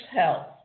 health